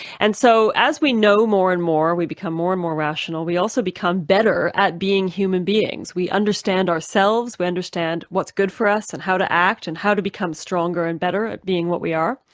and so, as we know more and more, we become more and more rational, we also become better at being human beings. we understand ourselves, we understand what's good for us and how to act, and how to become stronger and better at being what we are.